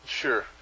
sure